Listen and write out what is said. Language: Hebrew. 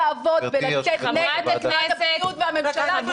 זה לא יעבוד בלצאת נגד משרד הבריאות והממשלה.